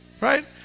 Right